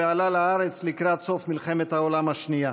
ועלה לארץ לקראת סוף מלחמת העולם השנייה.